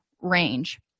range